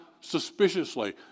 suspiciously